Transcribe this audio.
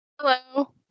Hello